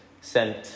sent